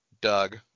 doug